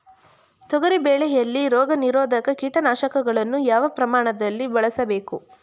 ತೊಗರಿ ಬೆಳೆಯಲ್ಲಿ ರೋಗನಿರೋಧ ಕೀಟನಾಶಕಗಳನ್ನು ಯಾವ ಪ್ರಮಾಣದಲ್ಲಿ ಬಳಸಬೇಕು?